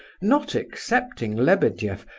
not excepting lebedeff,